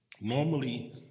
Normally